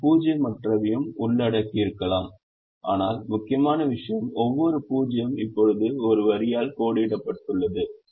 அவை பூஜ்ஜியமற்றவையும் உள்ளடக்கியிருக்கலாம் ஆனால் முக்கியமான விஷயம் ஒவ்வொரு 0 இப்போது ஒரு வரியால் கோடிடபட்டுள்ளது